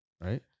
Right